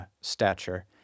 stature